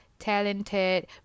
talented